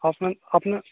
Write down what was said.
अपन अपना